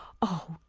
oh,